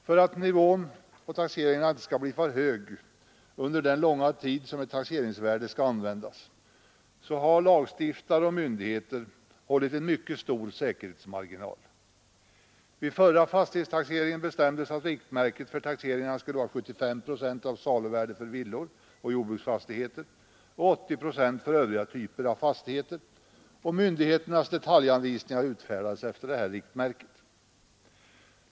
För att nivån på taxeringarna inte skall bli för hög under den långa tid som ett taxeringsvärde skall användas har lagstiftare och myndigheter hållit en mycket stor säkerhetsmarginal. Vid förra fastighetstaxeringen bestämdes att riktmärket för taxeringarna skulle vara 75 procent av saluvärdet för villor och jordbruksfastigheter och 80 procent för övriga typer av fastigheter, och myndigheternas detaljanvisningar utfärdades efter det riktmärket.